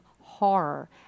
horror